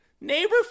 neighbor